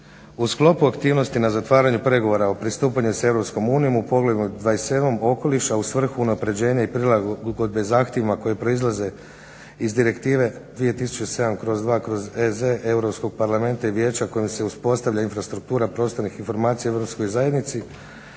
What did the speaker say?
U sklopu aktivnosti na zatvaranju pregovora o pristupanju sa Europskom unijom u …/Govornik se ne razumije/… 27. okoliša u svrhu unaprjeđenja i prilagodbe zahtjevima koji proizlaze iz direktivne 2007./2/EZ Europskog parlamenta i vijeća kojim se uspostavlja infrastruktura prostornih informacija u Europskoj zajednici,